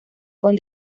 con